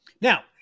Now